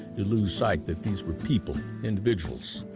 you lose sight that these were people, individuals,